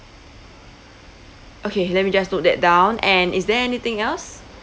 okay let me just note that down and is there anything else